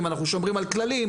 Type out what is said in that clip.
אם אנחנו שומרים על כללים,